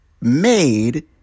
made